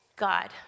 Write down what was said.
God